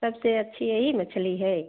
सब से अच्छी यही मछली है